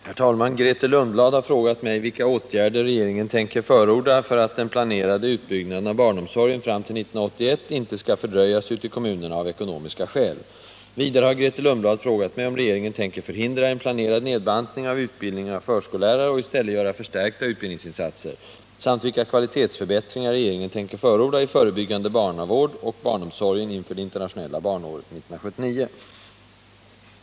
Herr talman! Grethe Lundblad har frågat mig vilka åtgärder regeringen tänker förorda för att den planerade utbyggnaden av barnomsorgen fram till 1981 inte skall fördröjas ute i kommunerna av ekonomiska skäl. Vidare har Grethe Lundblad frågat mig om regeringen tänker förhindra en planerad nedbantning av utbildningen av förskollärare och i stället göra förstärkta utbildningsinsatser samt vilka kvalitetsförbättringar regeringen tänker förorda i förebyggande barnavård och barnomsorgen inför det internationella barnåret 1979.